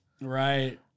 Right